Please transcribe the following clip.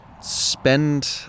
spend